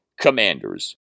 Commanders